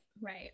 Right